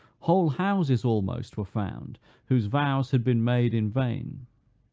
whole houses almost, were found whose vows had been made in vain.